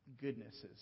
goodnesses